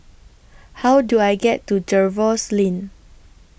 How Do I get to Jervois Lane